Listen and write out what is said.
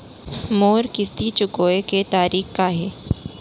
मोर किस्ती चुकोय के तारीक का हे?